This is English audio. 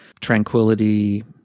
tranquility